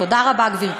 תודה רבה, גברתי.